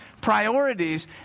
priorities